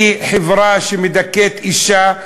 כי חברה שמדכאת אישה,